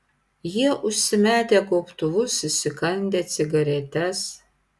jie užsimetę gobtuvus įsikandę cigaretes